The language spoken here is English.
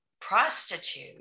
prostitute